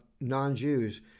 non-Jews